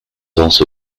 also